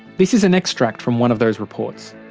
this is an extract from one of those reports.